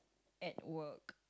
at work